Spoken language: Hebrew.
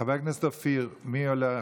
חבר הכנסת אופיר, מי עולה?